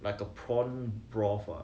like a prawn broth ah